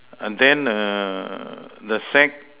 and then err the sack